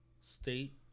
state